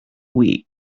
wych